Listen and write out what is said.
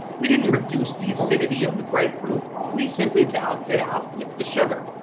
we didn't reduce the acidity of the grapefruit, we simply balanced it out with the sugar.